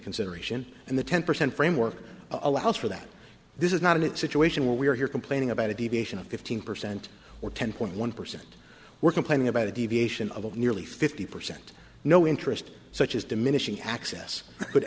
consideration and the ten percent framework allows for that this is not a situation where we are here complaining about a deviation of fifteen percent or ten point one percent we're complaining about a deviation of nearly fifty percent no interest such as diminishing access